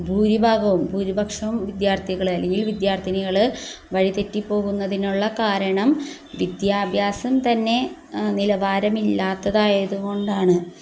ഭൂരിഭാഗവും ഭൂരിപക്ഷവും വിദ്യാർത്ഥികൾ അല്ലെങ്കിൽ വിദ്യാർത്ഥിനികൾ വഴിതെറ്റിപ്പോകുന്നതിനുള്ള കാരണം വിദ്യാഭ്യാസം തന്നെ നിലവാരമില്ലാത്തതായതുകൊണ്ടാണ്